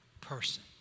person